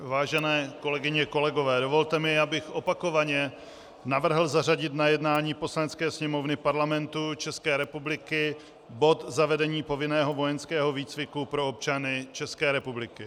Vážené kolegyně, kolegové, dovolte mi, abych opakovaně navrhl zařadit na jednání Poslanecké sněmovny Parlamentu České republiky bod Zavedení povinného vojenského výcviku pro občany České republiky.